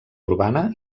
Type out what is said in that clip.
urbana